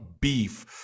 beef